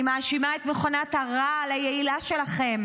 אני מאשימה את מכונת הרעל היעילה שלכם,